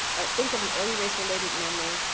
think of an early race related memory,